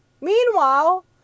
Meanwhile